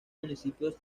municipios